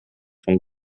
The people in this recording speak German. von